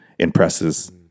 impresses